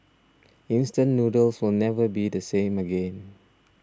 instant noodles will never be the same again